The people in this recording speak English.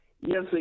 Yes